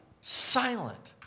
silent